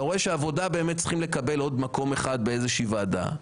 אתה רואה שהעבודה באמת צריכים לקבל עוד מקום אחד באיזו ועדה.